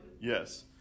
Yes